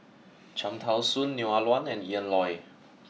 Cham Tao Soon Neo Ah Luan and Ian Loy